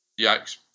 Yikes